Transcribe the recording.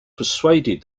persuaded